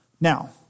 Now